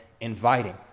Inviting